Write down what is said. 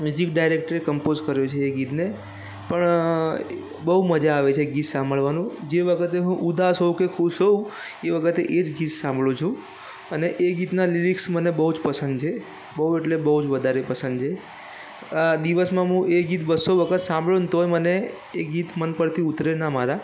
music ડાયરેક્ટરે compose કર્યું છે એ ગીતને પણ બહુ મજા આવે છે એ ગીત સાંભળવાનું જે બાબતે હું ઉદાસ હોઉં કે ખુશ હોઉં એ વખતે એ ગીત સાંભળું છું અને એ ગીતના લિરિક્સ મને બહુ જ પસંદ છે બહુ એટલે બહુ જ વધારે પસંદ છે અ દિવસમાં મું એ ગીત બસો વખત સાંભળું ને તોય મને એ ગીત મન પરથી ઉતરે ના મારાં